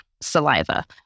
saliva